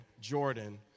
Jordan